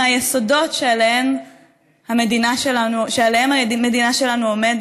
מהיסודות שעליהם המדינה שלנו עומדת.